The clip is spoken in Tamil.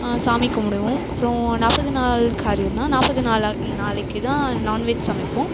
சாமி கும்பிடுவோம் அப்றம் நாற்பது நாள் காரியந்தான் நாற்பது நாளா நாளைக்கு தான் நான்வெஜ் சமைப்போம்